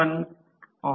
521 kilowatt तास असेल